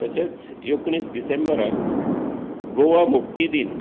तशेंच एकोणीस डिसेंबराक गोवा मुक्ती दीन